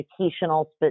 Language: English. educational